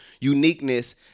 uniqueness